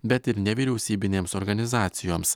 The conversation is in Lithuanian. bet ir nevyriausybinėms organizacijoms